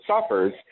suffers